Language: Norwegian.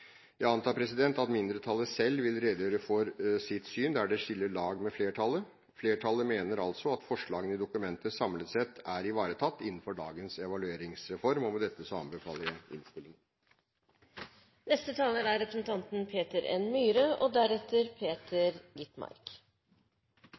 Jeg antar at mindretallet selv vil redegjøre for sitt syn, der det skiller lag med flertallet. Flertallet mener altså at forslagene i dokumentet samlet sett er ivaretatt innenfor dagens evalueringsform. Med dette anbefaler jeg